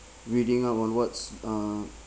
reading up on what's uh